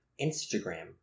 Instagram